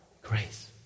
Grace